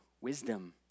Wisdom